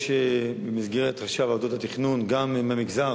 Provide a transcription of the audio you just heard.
יש עכשיו במסגרת ועדות התכנון גם ממגזר